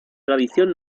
tradición